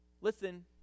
Listen